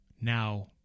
now